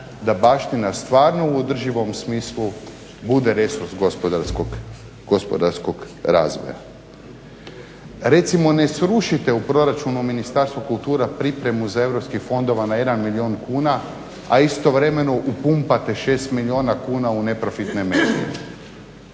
da baština stvarno u održivom smislu bude resurs gospodarskog razvoja. Recimo ne srušite u proračunu Ministarstvo kulture pripremu za europske fondove na jedan milijun kuna a istovremeno upumpate 6 milijuna kuna u neprofitne medije.